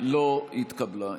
לא התקבלה.